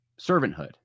servanthood